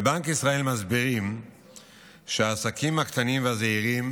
בבנק ישראל מסבירים שהעסקים הקטנים והזעירים